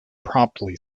promptly